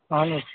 اَہَن حظ